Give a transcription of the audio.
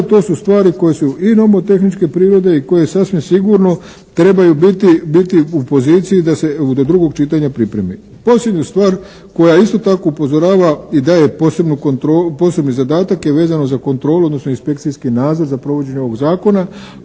to su stvari koje su i nomotehničke prirode i koje sasvim sigurno trebaju biti u poziciji da se do drugog čitanja pripreme. Posljednju stvar koja isto tako upozorava i daje posebni zadatak je vezano za kontrolu odnosno inspekcijski nadzor za provođenje ovog zakona